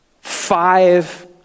five